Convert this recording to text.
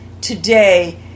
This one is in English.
today